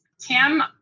TAM